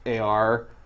AR